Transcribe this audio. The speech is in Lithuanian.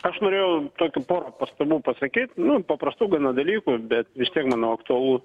aš norėjau tokių pora pastabų pasakyt paprastų gana dalykų bet vis tiek manau aktualu